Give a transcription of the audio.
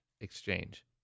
exchange